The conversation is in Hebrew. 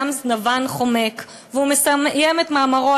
גם זנבן חומק." והוא מסיים את מאמרו,